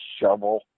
shovel